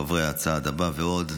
חברי "הצעד הבא" ועוד,